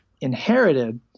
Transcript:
inherited